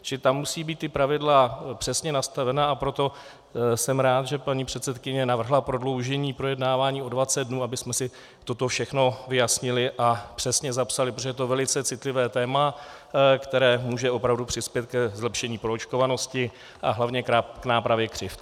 Čili tam musí být ta pravidla přesně nastavena, a proto jsem rád, že paní předsedkyně navrhla prodloužení projednávání o dvacet dnů, abychom si toto všechno vyjasnili a přesně zapsali, protože to je velice citlivé téma, které může opravdu přispět ke zlepšení proočkovanosti a hlavně k nápravě křivd.